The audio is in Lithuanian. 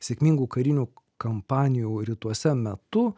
sėkmingų karinių kampanijų rytuose metu